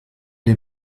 den